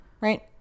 right